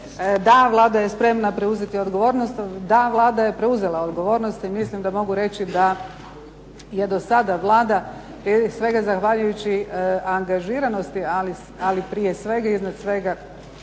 da, Vlada je spremna preuzeti odgovornost. Da, Vlada je preuzela odgovornost i mislim da mogu reći da je dosada Vlada prije svega zahvaljujući angažiranosti, ali prije svega i iznad svega